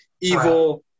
evil